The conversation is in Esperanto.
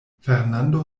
fernando